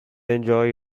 enjoy